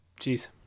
Jeez